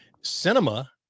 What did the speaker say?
cinema